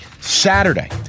Saturday